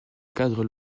cadre